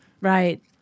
Right